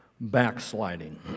backsliding